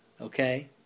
Okay